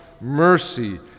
mercy